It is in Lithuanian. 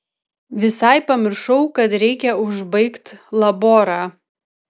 visai pamiršau kad reikia užbaigt laborą